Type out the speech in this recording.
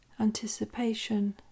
anticipation